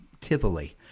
Tivoli